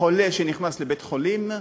חולה שנכנס לבית-חולים,